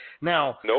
Now